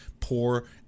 poor